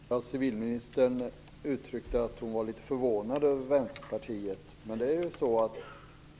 Herr talman! Civilministern uttryckte att hon var litet förvånad över Vänsterpartiets syn.